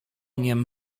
niem